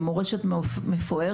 עם מורשת מפוארת,